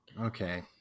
Okay